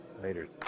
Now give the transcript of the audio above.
Later